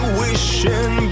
wishing